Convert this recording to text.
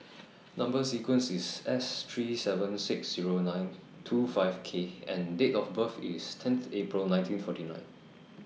Number sequence IS S three seven six Zero nine two five K and Date of birth IS tenth April nineteen forty nine